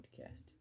podcast